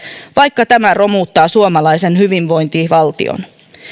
vaikka tämä romuttaa suomalaisen hyvinvointivaltion